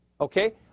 Okay